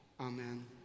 amen